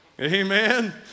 Amen